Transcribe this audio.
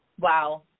Wow